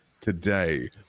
today